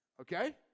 Okay